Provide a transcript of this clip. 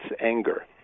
anger